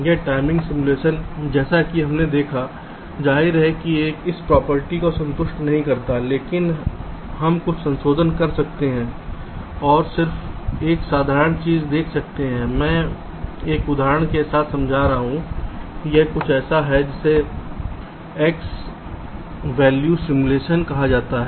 अब timing simulation जैसा कि हमने देखा है जाहिर है इस प्रॉपर्टी को संतुष्ट नहीं करता है लेकिन हम कुछ संशोधन कर सकते हैं और सिर्फ एक साधारण चीज देख सकते हैं मैं एक उदाहरण के साथ समझा रहा हूं यह कुछ ऐसा है जिसे एक्स मूल्य सिमुलेशन कहा जाता है